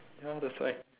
ya that's why